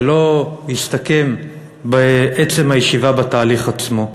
ולא יסתכם בעצם הישיבה בתהליך עצמו.